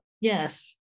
Yes